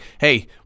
hey